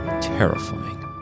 terrifying